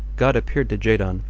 god appeared to jadon,